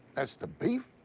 that's the beef?